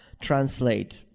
translate